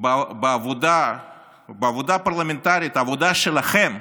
בעבודה הפרלמנטרית, העבודה שלכם,